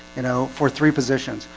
you know for three positions.